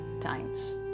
times